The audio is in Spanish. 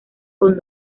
con